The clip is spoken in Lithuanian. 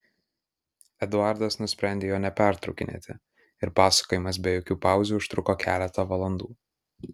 eduardas nusprendė jo nepertraukinėti ir pasakojimas be jokių pauzių užtruko keletą valandų